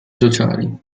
sociali